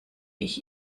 ich